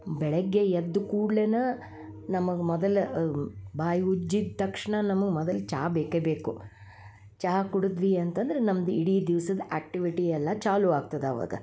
ಬೆಳಗ್ಗೆ ಎದ್ದ ಕೂಡಲೆ ನಮಗೆ ಮೊದಲು ಬಾಯಿ ಉಜ್ಜಿದ ತಕ್ಷಣ ನಮಗೆ ಮೊದಲು ಚಾ ಬೇಕೇ ಬೇಕು ಚಹಾ ಕುಡದ್ವಿ ಅಂತಂದ್ರೆ ನಮ್ದು ಇಡೀ ದಿವ್ಸದ ಆ್ಯಕ್ಟಿವಿಟಿ ಎಲ್ಲ ಚಾಲು ಆಗ್ತದೆ ಆವಾಗ